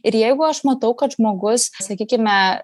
ir jeigu aš matau kad žmogus sakykime